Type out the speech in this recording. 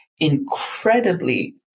incredibly